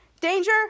Danger